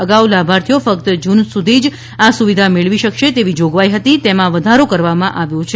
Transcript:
અગાઉ લાભાર્થીઓ ફક્ત જૂન સુધી આ સુવિધા મેળવી શકશે એવી જોગવાઈ હતી તેમાં વધારો કરવામાં આવ્યો છે